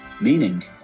Meaning